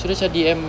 terus cam D_M